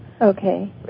Okay